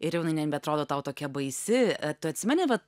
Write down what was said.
ir jau jinai nebeatrodo tau tokia baisi tu atsimeni va